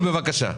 בבקשה.